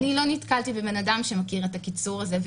אני